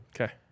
okay